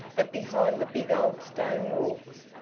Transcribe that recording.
but behind the big old stone walls.